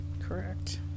Correct